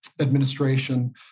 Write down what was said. administration